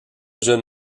jeune